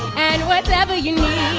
and whatever you need,